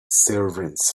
servants